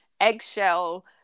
eggshell